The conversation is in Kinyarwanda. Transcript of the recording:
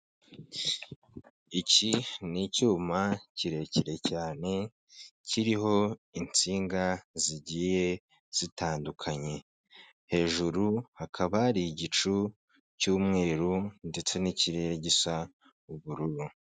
Iki ni icyuma kirekire cyane kiriho insinga zigiye zitandukanye, hejuru hakaba hari igicu cy'umweru ndetse n'ikirere gisa ubururu.